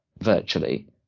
virtually